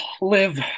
live